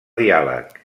diàleg